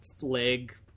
leg